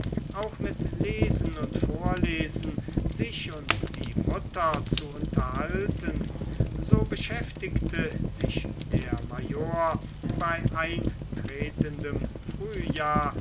auch mit lesen und vorlesen sich und die mutter zu unterhalten so beschäftigte sich der major bei eintretendem frühjahr